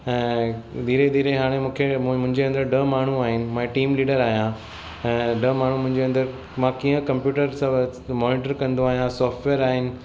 ऐं धीरे धीरे हाणे मूंखे मुंहिंजे अंदरि ॾह माण्हू आहिनि मां टीम लीडर आहियां ऐं ॾह माण्हू मुंहिंजे अंदरि मां कीअं कंप्यूटर सभु मोनिटर कंदो आहियां सॉफ्टवेयर आहिनि